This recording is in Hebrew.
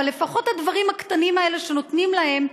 אבל לפחות הדברים הקטנים האלה שנותנים להם,